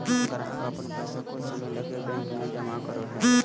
ग्राहक अपन पैसा कुछ समय लगी बैंक में जमा करो हइ